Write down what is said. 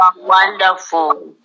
wonderful